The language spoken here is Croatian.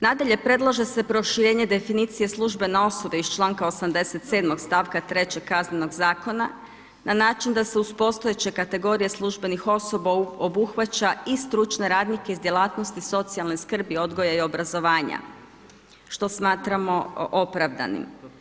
Nadalje, predlaže se proširenje definicije službena osoba iz članka 87. stavka 3. Kaznenog zakona na način da se uz postojeće kategorije službenih osoba obuhvaća i stručne radnike iz djelatnosti socijalne skrbi, odgoja i obrazovanja što smatramo opravdanim.